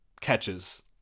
catches